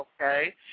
Okay